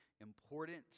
important